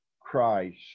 Christ